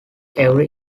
every